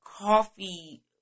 coffee